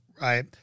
right